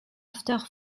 after